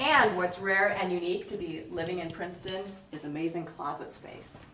and what's rare and unique to be living in princeton is amazing closet space